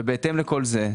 ובהתאם לכל זה,